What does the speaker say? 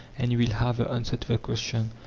and you will have the answer to the question.